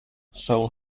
seoul